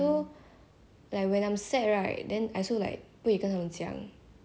a bit a bit malu lah a bit 尴尬 to tell them like oh my god like you know